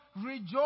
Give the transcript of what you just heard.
rejoice